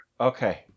Okay